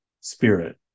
spirit